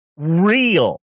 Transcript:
real